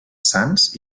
sants